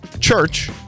church